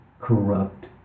corrupt